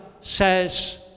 says